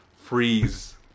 freeze